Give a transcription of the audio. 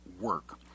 work